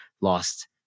Lost